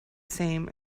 same